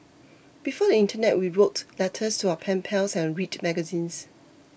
before the internet we wrote letters to our pen pals and read magazines